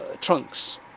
trunks